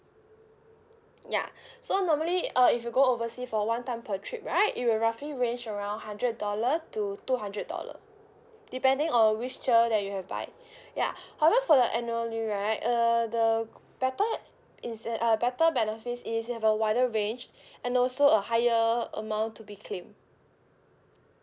ya so normally uh if you go overseas for one time per trip right it will roughly range around hundred dollar to two hundred dollar depending on which tier that you have buy ya however for the annually right uh the better is that uh better benefit is we have a wider range and also a higher amount to be claimed